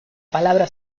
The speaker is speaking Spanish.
palabra